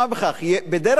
בדרך כלל,